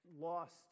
lost